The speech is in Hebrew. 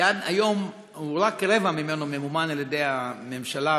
עד היום רק רבע ממנו ממומן על-ידי הממשלה